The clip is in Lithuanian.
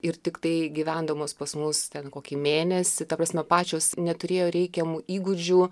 ir tiktai gyvendamos pas mus ten kokį mėnesį ta prasme pačios neturėjo reikiamų įgūdžių